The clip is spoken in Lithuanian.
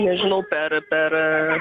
nežinau per per